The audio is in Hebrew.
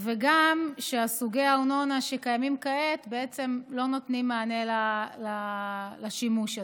וגם שסוגי הארנונה שקיימים כעת בעצם לא נותנים מענה לשימוש הזה.